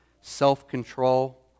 self-control